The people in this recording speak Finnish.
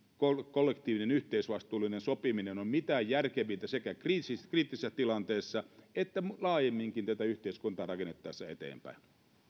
kollektiivinen yhteisvastuullinen sopiminen on mitä järkevintä sekä kriittisessä tilanteessa että laajemminkin tätä yhteiskuntaa rakennettaessa eteenpäin